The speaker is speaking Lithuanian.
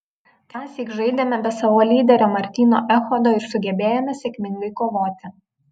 tąsyk žaidėme be savo lyderio martyno echodo ir sugebėjome sėkmingai kovoti